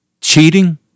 cheating